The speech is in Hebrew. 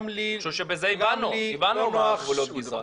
גם לי --- אני חושב שהבנו מה גבולות הגזרה.